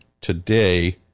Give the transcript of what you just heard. today